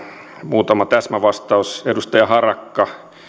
muutama täsmävastaus edustaja harakka